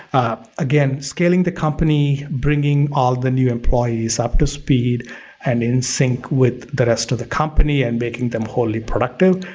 again, scaling the company, bringing all the new employees up to speed and in sync with the rest of the company and making them wholly productive,